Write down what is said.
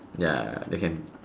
ya then can